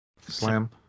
slam